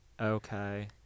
okay